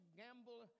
gamble